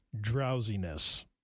drowsiness